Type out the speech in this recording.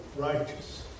righteous